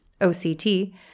OCT